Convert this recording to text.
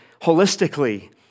holistically